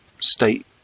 state